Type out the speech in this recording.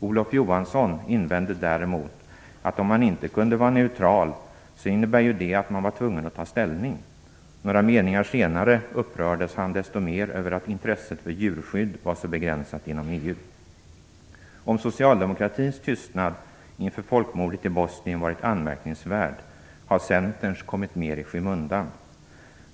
Olof Johansson invände däremot. Om man inte kunde vara neutral innebar det att man var tvungen att ta ställning. Några meningar senare upprördes han desto mer över att intresset för djurskydd var så begränsat inom EU. Om socialdemokraternas tystnad inför folkmordet i Bosnien har varit anmärkningsvärd har Centerns kommit mer i skymundan.